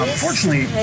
Unfortunately